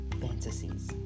fantasies